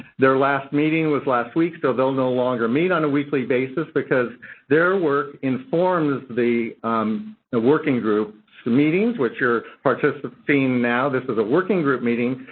their last meeting was last week, so they'll no longer meet on a weekly basis because their work informs the working group so meetings, which you're participating in now. this is a working group meeting.